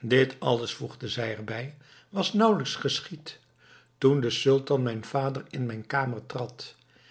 dit alles voegde zij erbij was nauwelijks geschied toen de sultan mijn vader in mijn kamer trad